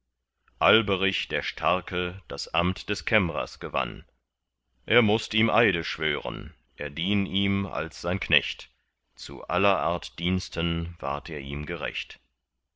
alberich der starke das amt des kämmrers gewann er mußt ihm eide schwören er dien ihm als sein knecht zu aller art diensten ward er ihm gerecht